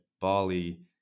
bali